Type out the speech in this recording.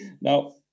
Now